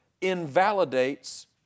invalidates